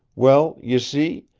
well, you see,